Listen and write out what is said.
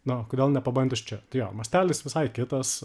na kodėl nepabandžius čia tai jo mastelis visai kitas